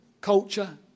culture